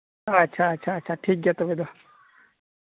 ᱟᱪᱪᱷᱟ ᱟᱪᱪᱷᱟ ᱴᱷᱤᱠ ᱜᱮᱭᱟ ᱛᱚᱵᱮ ᱫᱚ